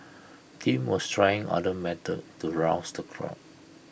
Tim was trying other methods to rouse the crowd